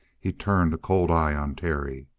he turned a cold eye on terry.